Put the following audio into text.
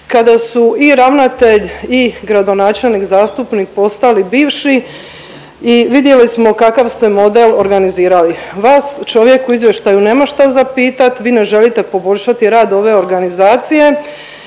kada su i ravnatelj i gradonačelnik, zastupnik postali bivši i vidjeli smo kakav ste model organizirali. Vas čovjek u izvještaju nema što za pitati, vi ne želite poboljšati rad ove organizacije,